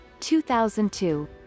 2002